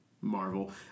Marvel